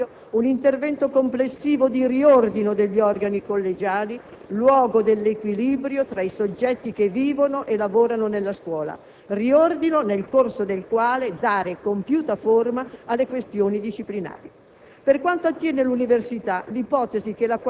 A proposito delle sanzioni, credo necessario un intervento complessivo di riordino degli organi collegiali, luogo dell'equilibrio tra i soggetti che vivono e lavorano nella scuola; riordino nel corso del quale dare compiuta forma alle questioni disciplinari.